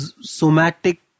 somatic